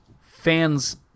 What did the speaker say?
fans